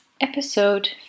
episode